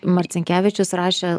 marcinkevičius rašė